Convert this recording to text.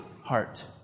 heart